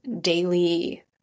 daily